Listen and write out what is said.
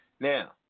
Now